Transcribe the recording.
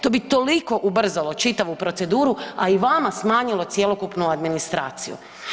To bi toliko ubrzalo čitavu proceduru, a i vama smanjilo cjelokupnu administraciju.